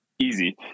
easy